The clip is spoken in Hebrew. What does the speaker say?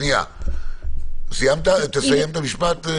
תסיים את המשפט.